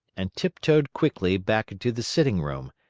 and tiptoed quickly back into the sitting-room,